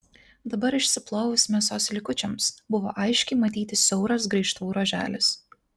dabar išsiplovus mėsos likučiams buvo aiškiai matyti siauras graižtvų ruoželis